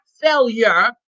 failure